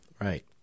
Right